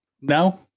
No